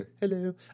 hello